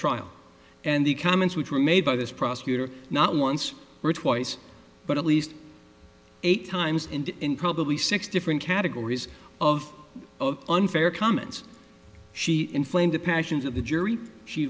trial and the comments which were made by this prosecutor not once or twice but at least eight times and in probably six different categories of unfair comments she inflame the passions of the jury she